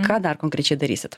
ką dar konkrečiai darysit